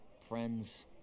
friends